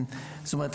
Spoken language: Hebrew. זאת אומרת,